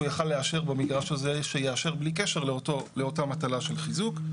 יכול היה לאשר במגרש הזה שיאשר בלי קשר לאותה מטלה של חיזוק.